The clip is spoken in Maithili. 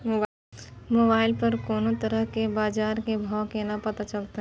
मोबाइल पर कोनो तरह के बाजार के भाव केना पता चलते?